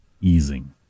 easing